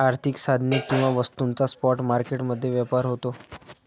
आर्थिक साधने किंवा वस्तूंचा स्पॉट मार्केट मध्ये व्यापार होतो